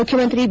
ಮುಖ್ಯಮಂತ್ರಿ ಬಿ